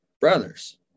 brothers